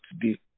today